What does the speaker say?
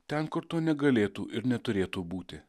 ten kur to negalėtų ir neturėtų būti